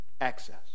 Access